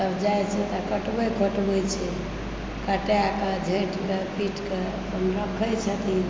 तब जाइत छै तब कटबै खोटबै छै कटाए कऽ झाँटि कऽ पीट कऽ अपन रखय छथिन